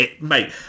mate